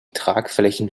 tragflächen